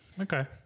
okay